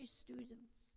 students